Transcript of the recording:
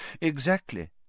Exactly